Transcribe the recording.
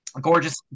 Gorgeous